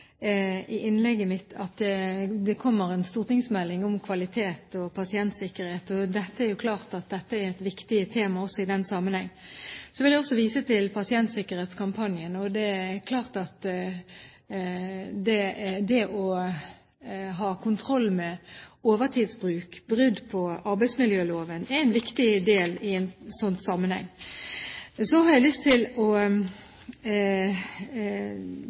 i innlegget mitt at det kommer en stortingsmelding om kvalitet og pasientsikkerhet, og det er klart at dette er viktige temaer også i den sammenheng. Jeg vil også vise til pasientsikkerhetskampanjen. Det er klart at det å ha kontroll med overtidsbruk – brudd på arbeidsmiljøloven – er en viktig del i en sånn sammenheng. Så har jeg også lyst til å